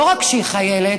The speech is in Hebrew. לא רק שהיא חיילת,